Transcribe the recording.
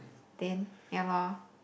then ya lor